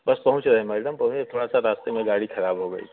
बस पहुँच रहे मैडम पहुच थोड़ा सा रास्ते में गाड़ी ख़राब हो गई थी